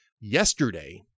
yesterday